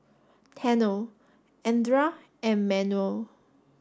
Tanner Andra and Manuel